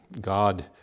God